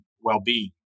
well-being